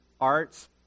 arts